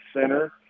center